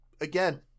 again